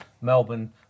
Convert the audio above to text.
Melbourne